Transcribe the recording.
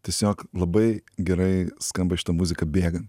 tiesiog labai gerai skamba šita muzika bėgant